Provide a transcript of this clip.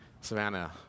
Savannah